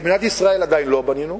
ואת מדינת ישראל עדיין לא בנינו.